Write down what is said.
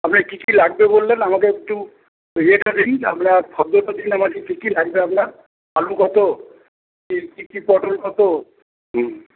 আপনার কী কী লাগবে বললেন আমাকে একটু ইয়েটা দিন আপনার ফর্দটা দিন আমাকে কী কী লাগবে আপনার আলু কত পটল কত